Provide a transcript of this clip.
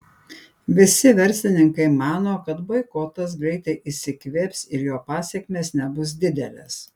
visi verslininkai mano kad boikotas greitai išsikvėps ir jo pasekmės nebus didelės